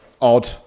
odd